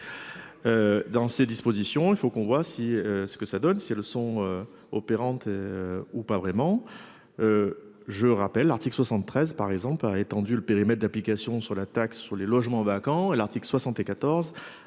Dans ces dispositions. Il faut qu'on voie si ce que ça donne, si elles sont opérantes. Ou pas vraiment. Je rappelle l'article 73 par exemple pas étendu le périmètre d'application sur la taxe sur les logements vacants à l'article 74 à